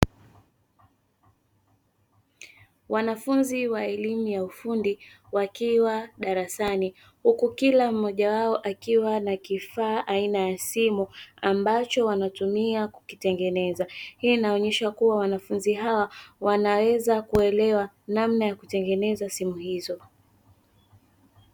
Wanafunzi wa elimu ya ufundi wakiwa darasani huku kila mmoja wao akiwa na kifaa aina ya simu ambacho wanatumia kukitengeneza hii inaonyesha kuwa wanafunzi hawa wanaweza kuelewa namna ya kutengeneza simu hizo.